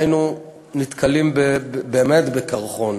היינו נתקלים באמת בקרחון.